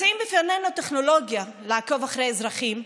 מציעים בפנינו טכנולוגיה לעקוב אחרי אזרחים.